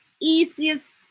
easiest